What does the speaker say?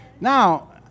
now